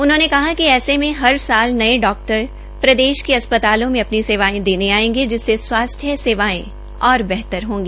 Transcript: उन्होंने कहा कि ऐसे मे हर साल नये डाक्टर प्रदेश के अस्पतालों में अपनी सेवायें देने आयेंगे जिससे स्वास्थ्य सेवायें और बेहतर होगी